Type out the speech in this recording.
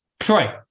Troy